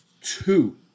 Two